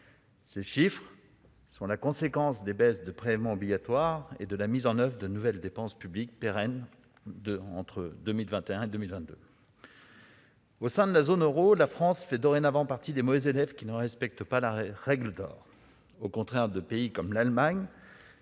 Ces chiffres sont la conséquence des baisses des prélèvements obligatoires et de la mise en oeuvre de nouvelles dépenses publiques pérennes en 2021 et 2022. Au sein de la zone euro, la France fait dorénavant partie des mauvais élèves qui ne respectent pas la règle d'or, à l'inverse de pays comme l'Allemagne,